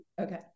Okay